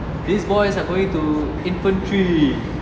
these boys are going to infantry